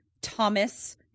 Thomas